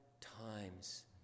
times